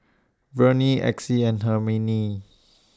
Verne Exie and Hermine